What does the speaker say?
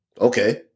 okay